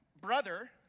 brother